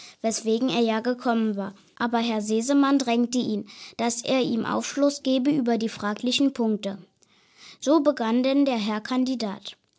weswegen er ja gekommen war aber herr sesemann drängte ihn dass er ihm aufschluss gebe über die fraglichen punkte so begann denn der herr kandidat